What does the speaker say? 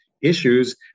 issues